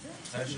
13:22.